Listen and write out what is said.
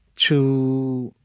to